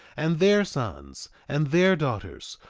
and their sons, and their daughters,